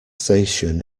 station